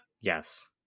Yes